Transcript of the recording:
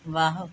ਵਾਹ